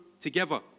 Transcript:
together